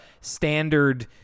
standard